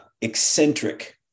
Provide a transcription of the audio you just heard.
eccentric